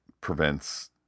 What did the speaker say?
prevents